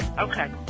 Okay